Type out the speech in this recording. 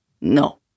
No